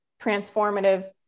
transformative